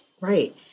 right